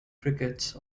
crickets